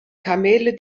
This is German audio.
kamele